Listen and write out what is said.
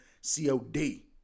COD